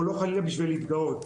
ולא חלילה בשביל להתגאות,